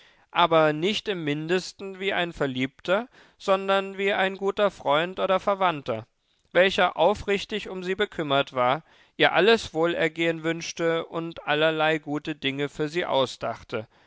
aber nicht im mindesten wie ein verliebter sondern wie ein guter freund oder verwandter welcher aufrichtig um sie bekümmert war ihr alles wohlergehen wünschte und allerlei gute dinge für sie ausdachte